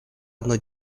одну